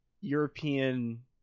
European